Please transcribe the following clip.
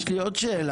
יש לי עוד שאלה.